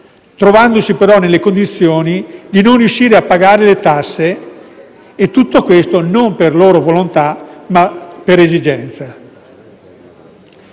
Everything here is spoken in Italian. trovandosi però nelle condizioni di non riuscire a pagare le tasse; e tutto questo non per loro volontà, ma per esigenza.